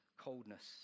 coldness